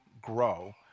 grow